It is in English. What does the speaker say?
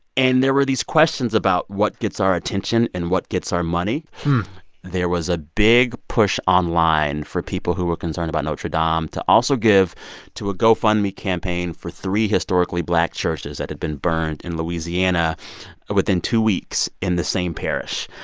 and there were these questions about what gets our attention and what gets our money there was a big push online for people who were concerned about notre dame um to also give to a gofundme campaign for three historically black churches that had been burned in louisiana within two weeks in the same parish.